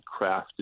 crafted